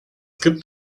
gibt